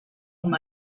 com